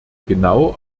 genau